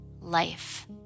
life